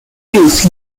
youth